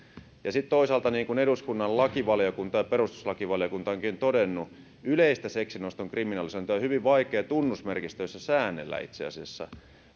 toisaalta niin kuin eduskunnan lakivaliokunta ja perustuslakivaliokunta ovatkin todenneet yleistä seksin oston kriminalisointia on hyvin vaikea tunnusmerkistöissä säännellä itse asiassa